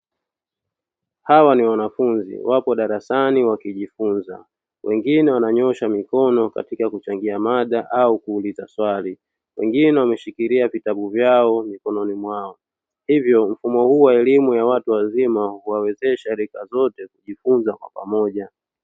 Hawa ni wanafunzi wako darasani wakijifunza wengine wananyoosha mikono katika kuchangia mada au kuuliza swali wengine wameshikilia vitabu vyao mikononi mwao hivyo mfumo huu wa elimu ya watu wazima huwawezesha rika zote kujifunza kwa pamoja.